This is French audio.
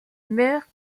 mère